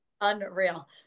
unreal